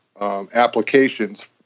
applications